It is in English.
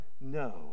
no